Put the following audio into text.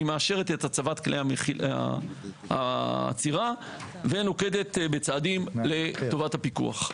היא מאשרת את הצבת כלי האצירה ונוקטת בצעדים לטובת הפיקוח.